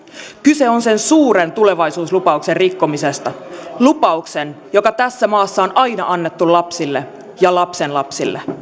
kyse on sen suuren tulevaisuuslupauksen rikkomisesta lupauksen joka tässä maassa on aina annettu lapsille ja lapsenlapsille